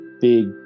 big